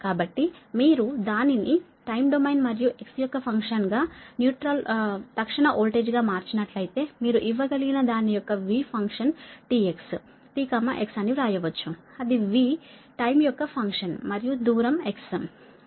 కాబట్టి మీరు దానిని టైం డొమైన్ మరియు x యొక్క ఫంక్షన్ గా తక్షణ వోల్టేజ్ గా మార్చినట్లయితే మీరు ఇవ్వగలిగిన దాని యొక్క V function tx t x అని వ్రాయవచ్చు అది V టైమ్ యొక్క ఫంక్షన్ మరియు దూరం x